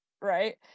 right